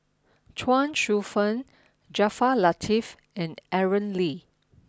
Chuang Hsueh Fang Jaafar Latiff and Aaron Lee